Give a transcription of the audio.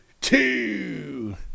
Two